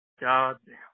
Goddamn